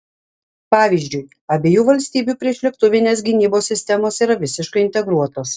pavyzdžiui abiejų valstybių priešlėktuvinės gynybos sistemos yra visiškai integruotos